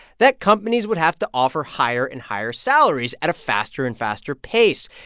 that companies would have to offer higher and higher salaries at a faster and faster pace.